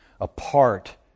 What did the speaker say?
apart